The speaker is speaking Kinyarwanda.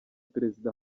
perezida